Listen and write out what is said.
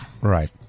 Right